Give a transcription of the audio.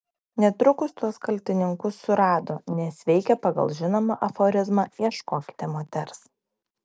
netrukus tuos kaltininkus surado nes veikė pagal žinomą aforizmą ieškokite moters